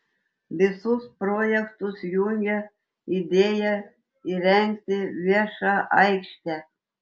visus projektus jungia idėja įrengti viešą aikštę